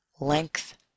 length